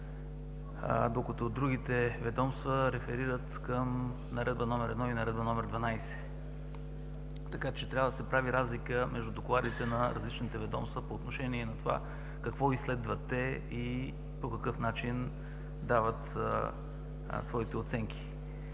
докато другите ведомства реферират към Наредба № 1 и Наредба № 12. Трябва да се прави разлика между докладите на различните ведомства по отношение на това какво изследват и по какъв начин дават своите оценки.